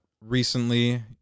recently